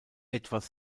etwas